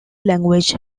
language